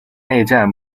内战